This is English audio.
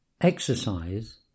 Exercise